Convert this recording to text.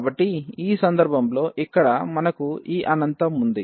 కాబట్టి ఈ సందర్భంలో ఇక్కడ మనకు ఈ అనంతం ఉంది